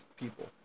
people